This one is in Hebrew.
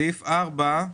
סעיף 4,